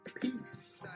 Peace